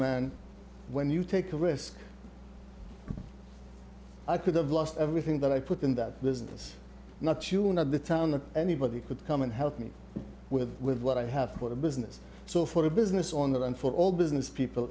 man when you take a risk i could have lost everything that i put in that business not to another town that anybody could come and help me with with what i have for the business so for the business on that and for all business people